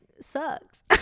sucks